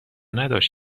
نداشت